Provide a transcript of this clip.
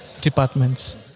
departments